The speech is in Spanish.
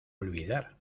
olvidar